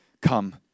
Come